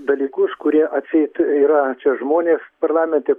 dalykus kurie atseit yra čia žmonės parlamente